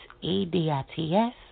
E-D-I-T-S